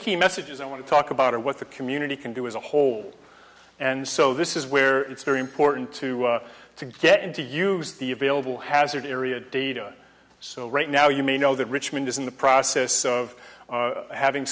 key messages i want to talk about are what the community can do as a whole and so this is where it's very important to to get him to use the available hazard area data so right now you may know that richmond is in the process of having